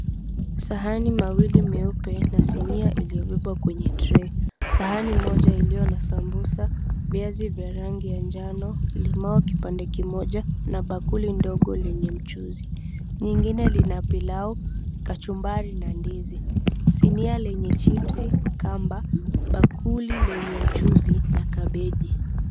Sahani mawili meupe na sinia iliyobebwa kwenye trei. Sahani moja iliyo na sambusa, viazi vya rangi ya njano, limau kipande kimoja na bakuli dogo lenye mchuzi. Lengine lina pilau, kachumbari na ndizi. Sinia lenye chipsi , kamba, bakuli lenye mchuzi na kabeji.